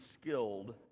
skilled